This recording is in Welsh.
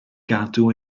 gadw